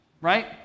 Right